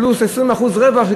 פלוס 20% רווח,